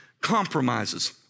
compromises